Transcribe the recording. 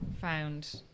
found